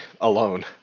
alone